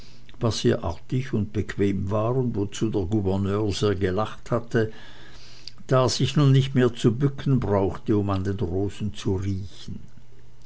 was sehr artig und bequem war und wozu der gouverneur sehr gelacht hatte da er sich nun nicht mehr zu bücken brauchte um an den rosen zu riechen